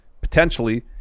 potentially